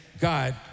God